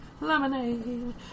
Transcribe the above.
lemonade